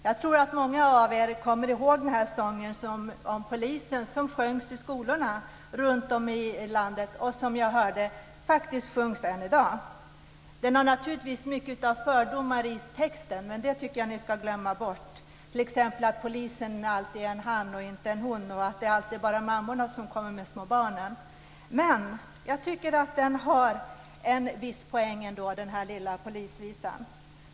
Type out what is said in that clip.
Jag tror att många av er kommer ihåg den här sången om polisen som sjungits i skolorna runtom i landet, och som jag hörde faktiskt sjungs än i dag. Den har naturligtvis mycket av fördomar i texten, men de tycker jag att ni ska glömma bort. Det gäller t.ex. att polisen alltid är en han, och inte en hon, och att det alltid bara är mammorna som kommer med de små barnen. Men jag tycker att den här lilla polisvisan har en viss poäng ändå.